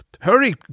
Hurry